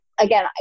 again